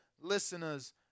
listeners